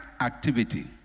activity